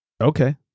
Okay